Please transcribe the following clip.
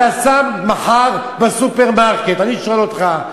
אתה שם מחר בסופרמרקט, אני שואל אותך,